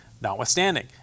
Notwithstanding